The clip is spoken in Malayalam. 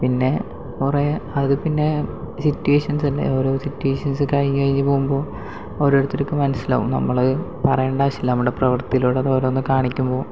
പിന്നെ കുറേ അതിൽപ്പിന്നെ സിറ്റുവേഷൻസല്ലേ ഓരോ സിറ്റുവേഷൻസ് കഴിഞ്ഞ് കഴിഞ്ഞ് പോകുമ്പോൾ ഓരോരുത്തർക്ക് മനസ്സിലാവും നമ്മളത് പറയണ്ട ആവിശ്യമില്ല നമ്മളുടെ പ്രവൃത്തിയിലൂടെ അത് ഓരോന്ന് കാണിക്കുമ്പോൾ